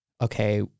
okay